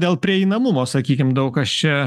dėl prieinamumo sakykim daug kas čia